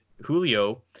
Julio